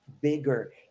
bigger